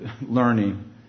learning